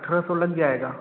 अठारह सौ लग जाएगा